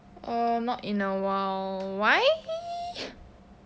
err not in a while why